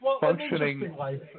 functioning